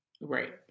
right